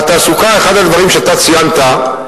בתעסוקה, אחד הדברים שאתה ציינת,